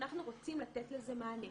אנחנו רוצים לתת לזה מענה,